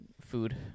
food